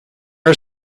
are